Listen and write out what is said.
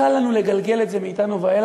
קל לנו לגלגל את זה מאתנו והלאה,